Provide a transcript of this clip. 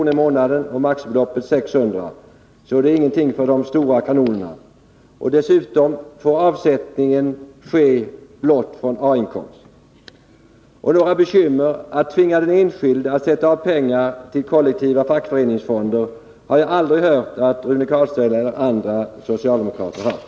i månaden och maximibeloppet 600 kr., så det är ingenting för de stora kanonerna. Dessutom får avsättning ske blott från A-inkomst. Några bekymmer med att tvinga den enskilde att sätta av pengar till kollektiva fackföreningsfonder har jag aldrig hört att Rune Carlstein eller andra socialdemokrater haft.